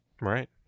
right